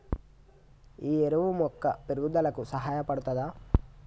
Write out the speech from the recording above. ఈ ఎరువు మొక్క పెరుగుదలకు సహాయపడుతదా?